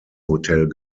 hotel